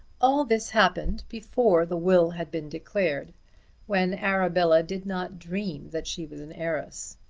all this happened before the will had been declared when arabella did not dream that she was an heiress.